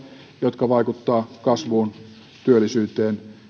jotka vaikuttavat kasvuun työllisyyteen